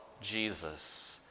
Jesus